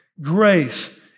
Grace